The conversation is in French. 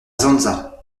zonza